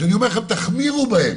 ואני אומר לכם תחמירו בהם.